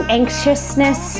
anxiousness